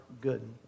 good